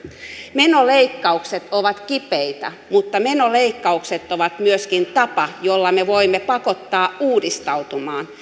menoleikkaukset ovat kipeitä mutta menoleikkaukset ovat myöskin tapa jolla me voimme pakottaa uudistautumaan